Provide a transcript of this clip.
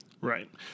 Right